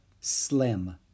Slim